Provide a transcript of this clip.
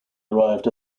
arrived